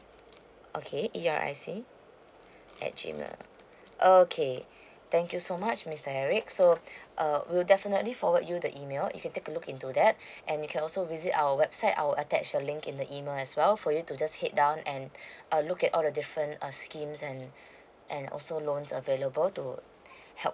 okay yeah I see at G mail uh uh okay thank you so much mr eric so err we'll definitely forward you the email you can take a look into that and you can also visit our website I'll attach the link in the email as well for you to just head down and uh look at all the different uh schemes and and also loans available to help